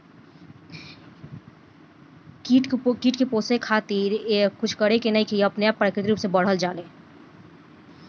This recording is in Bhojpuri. कीट के पोसे खातिर ढेर कुछ करे के नईखे इ अपना आपे प्राकृतिक रूप से बढ़ जाला